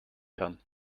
kann